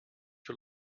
you